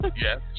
Yes